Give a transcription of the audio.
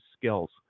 skills